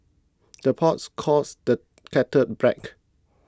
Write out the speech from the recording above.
the pots calls the kettle black